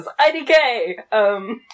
IDK